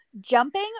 jumping